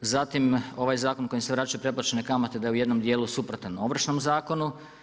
Zatim ovaj zakon kojim se vraćaju pretplaćene kamate da je u jednom dijelu suprotan Ovršnom zakonu.